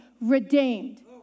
redeemed